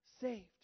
saved